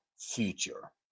future